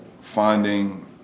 finding